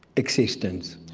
existence.